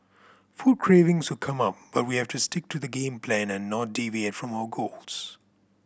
food cravings would come up but we have to stick to the game plan and not deviate from our goals